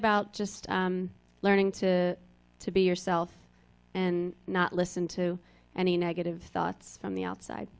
about just learning to to be yourself and not listen to any negative thoughts from the outside